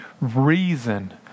reason